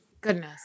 Goodness